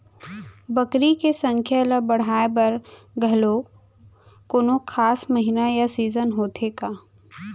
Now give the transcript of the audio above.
बकरी के संख्या ला बढ़ाए बर घलव कोनो खास महीना या सीजन होथे का?